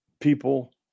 people